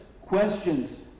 questions